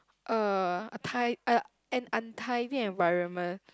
uh a tie a an untidy environment